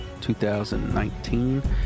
2019